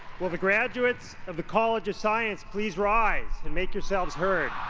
will the graduates of the college of science please rise. and make yourselves heard.